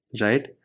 Right